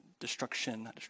destruction